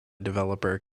developer